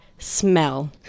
smell